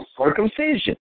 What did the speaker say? circumcision